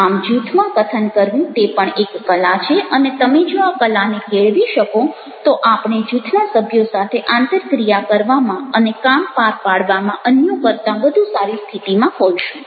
આમ જૂથમાં કથન કરવું તે પણ એક કલા છે અને તમે જો આ કલાને કેળવી શકો તો આપણે જૂથના સભ્યો સાથે આંતરક્રિયા કરવામાં અને કામ પાર પાડવામાં અન્યો કરતાં વધુ સારી સ્થિતિમાં હોઈશું